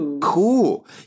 cool